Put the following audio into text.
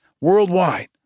worldwide